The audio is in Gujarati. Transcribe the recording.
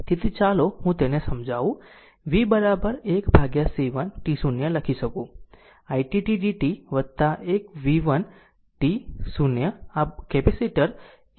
તેથી ચાલો હું તેને સમજાવું v 1 C1 t0 લખી શકું t it dt v1 t0 આ કેપેસિટર 1 માટે છે